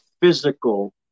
physical